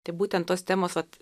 tai būtent tos temos vat